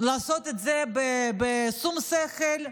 לעשות את זה בשום שכל,